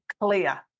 clear